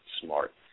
smart